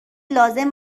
لازم